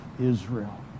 Israel